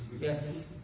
Yes